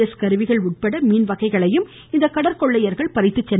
ளு கருவிகள் உட்பட மீன்வகைகளையும் இந்த கடற் கொள்ளையர்கள் பறித்து சென்றனர்